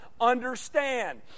understand